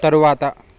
తరువాత